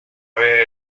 nave